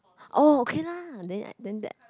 oh okay lah then I then that